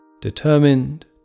determined